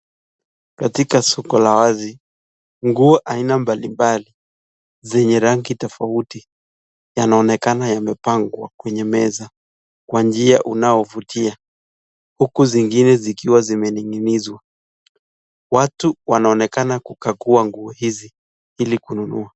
Katika soko la wazi nguo aina mbalimbali zenye rangi tofauti yanaonekana yamepangwa kwenye meza kwa njia unaovutia huku zingine zikiwa zimening'inizwa watu wanaonekana kukagua nguo hizi ili kununua.